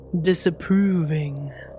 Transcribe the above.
disapproving